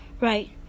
Right